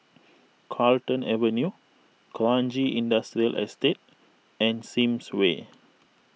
Carlton Avenue Kranji Industrial Estate and Sims Way